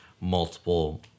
multiple